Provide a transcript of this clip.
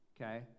okay